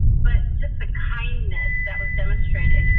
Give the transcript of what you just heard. but just the kindness that was demonstrated.